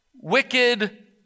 wicked